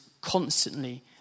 constantly